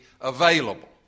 available